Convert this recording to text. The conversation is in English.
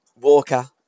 Walker